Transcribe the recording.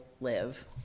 live